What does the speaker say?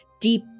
deep